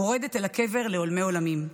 מורדת אלי קבר לעולמי עולמים,